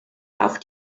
auch